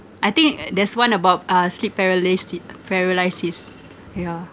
I think there's one about uh sleep paralysis paralysis yeah